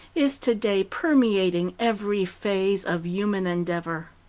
is today permeating every phase of human endeavor.